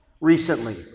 recently